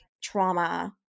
trauma